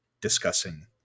discussing